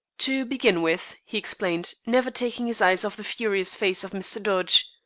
to begin with, he explained, never taking his eyes off the furious face of mr. dodge,